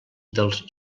dels